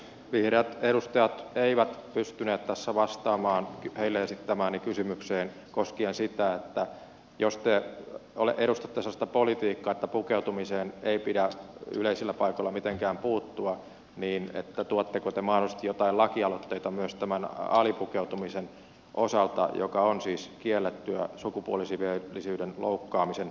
vihreät edustajat eivät pystyneet tässä vastaamaan heille esittämääni kysymykseen koskien sitä että jos te edustatte sellaista politiikkaa että pukeutumiseen ei pidä yleisillä paikoilla mitenkään puuttua niin tuotteko te mahdollisesti jotain lakialoitteita myös tämän alipukeutumisen osalta joka on siis kiellettyä sukupuolisiveellisyyden loukkaamisen perusteella